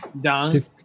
done